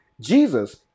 Jesus